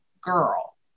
girl